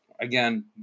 again